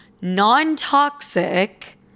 non-toxic